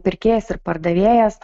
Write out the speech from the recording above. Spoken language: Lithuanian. pirkėjas ir pardavėjas